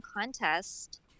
contest